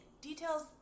details